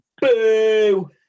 Boo